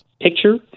picture